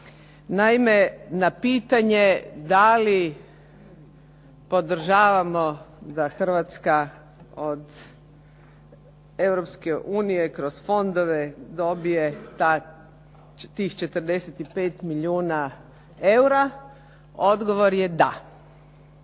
Naime, na pitanje da li podržavamo da Hrvatska od Europske unije kroz fondove dobije tih 45 milijuna eura odgovor je da.